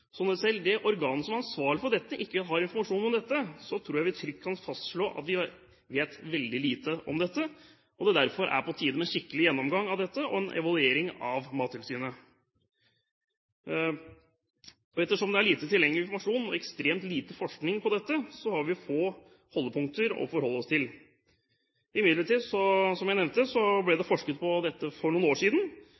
Så når selv det ansvarlige organet ikke har informasjon om dette, tror jeg vi trygt kan fastslå at vi vet veldig lite. Derfor er det på tide med en skikkelig gjennomgang her og en evaluering av Mattilsynet. Ettersom det er lite tilgjengelig informasjon og ekstremt lite forskning på dette området, har vi få holdepunkter. Imidlertid, som jeg nevnte, ble det